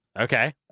Okay